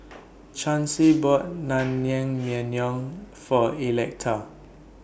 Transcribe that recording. Chancy bought Naengmyeon For Electa